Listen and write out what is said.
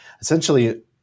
Essentially